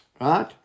right